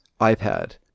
iPad